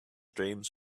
dreams